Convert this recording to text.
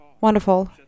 Wonderful